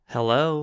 Hello